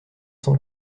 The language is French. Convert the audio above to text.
cent